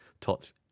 TOTS